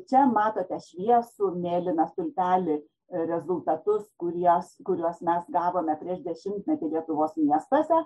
čia matote šviesų mėlyną stulpelį rezultatus kuries kuriuos mes gavome prieš dešimtmetį lietuvos miestuose